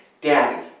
Daddy